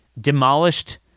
demolished